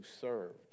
served